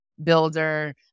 Builder